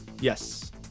Yes